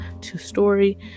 two-story